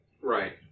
Right